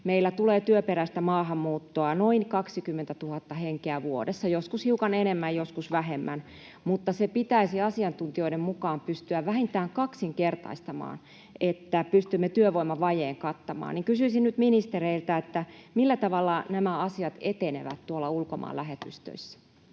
meillä tulee työperäistä maahanmuuttoa noin 20 000 henkeä vuodessa, joskus hiukan enemmän ja joskus vähemmän. Se pitäisi asiantuntijoiden mukaan pystyä vähintään kaksinkertaistamaan, jotta pystymme työvoimavajeen kattamaan. Kysyisin nyt ministereiltä: millä tavalla nämä asiat etenevät tuolla ulkomaanlähetystöissä?